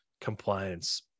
compliance